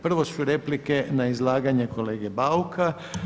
Prvo su replike na izlaganje kolege Bauka.